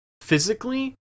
physically